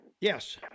Yes